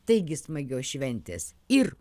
taigi smagios šventės ir